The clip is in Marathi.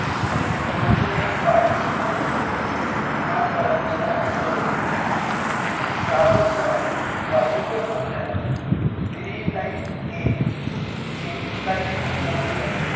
एप्रिल दोन शून्य एक पाचमध्ये विमानतळाच्या जवळ प्रागच्या वायव्य कोपऱ्यात ग्रीनलाईन ए चे विस्तारीकरण पूर्ण झाले